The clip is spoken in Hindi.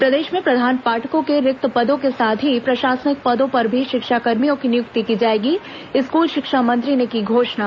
प्रदेश में प्रधान पाठकों के रिक्त पदों के साथ ही प्रशासनिक पदों पर भी शिक्षाकर्मियों की नियुक्ति की जाएगी स्कूल शिक्षा मंत्री ने की घोषणा